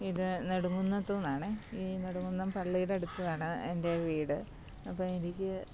ഇത് നെടുങ്കുന്നത്ത് നിന്നാണ് ഈ നെടുങ്കുന്നം പള്ളിയുടെ അടുത്താണ് എൻ്റെ വീട് അപ്പോൾ എനിക്ക്